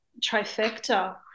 trifecta